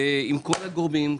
עם כל הגורמים,